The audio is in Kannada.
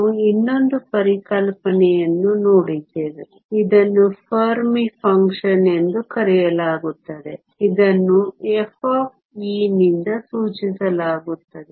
ನಾವು ಇನ್ನೊಂದು ಪರಿಕಲ್ಪನೆಯನ್ನು ನೋಡಿದ್ದೇವೆ ಇದನ್ನು ಫೆರ್ಮಿ ಫಂಕ್ಷನ್ ಎಂದು ಕರೆಯಲಾಗುತ್ತದೆ ಇದನ್ನು f ನಿಂದ ಸೂಚಿಸಲಾಗುತ್ತದೆ